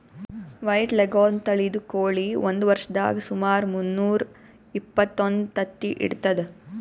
white leghorn ತಳಿದ್ ಕೋಳಿ ಒಂದ್ ವರ್ಷದಾಗ್ ಸುಮಾರ್ ಮುನ್ನೂರಾ ಎಪ್ಪತ್ತೊಂದು ತತ್ತಿ ಇಡ್ತದ್